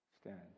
stand